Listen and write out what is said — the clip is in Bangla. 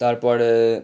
তারপরে